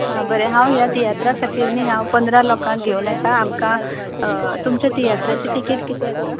हां बरें हांव ह्या तियात्रा खातीर नी हांव पंदरा लोकांक घेवन येता आमकां तुमच्या तियात्राची टिकेट कितें आसा